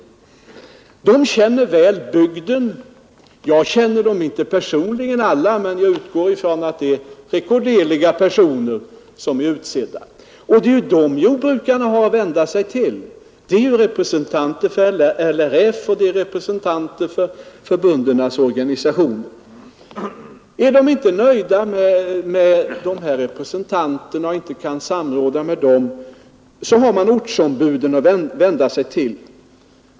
De känner bygden väl. Jag känner dem inte alla personligen, men jag utgår från att det är rekorderliga personer som är utsedda. Och det är dem som jordbrukarna har att vända sig till. De är representanter för LRF och för böndernas organisationer. Om man inte är nöjd med dessa representanter, och om man inte kan samråda med dem, så har man ortsombuden att vända sig till.